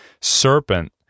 serpent